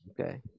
okay